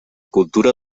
cultura